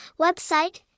website